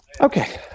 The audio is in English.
Okay